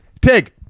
Tig